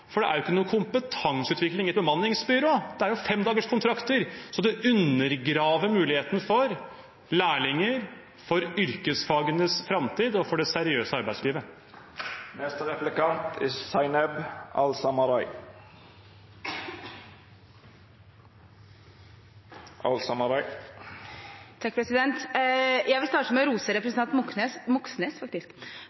for det er jo ikke noe kompetanseutvikling i et bemanningsbyrå. Det er femdagerskontrakter. Det undergraver muligheten for lærlinger, for yrkesfagenes framtid og for det seriøse arbeidslivet. Jeg vil starte med å rose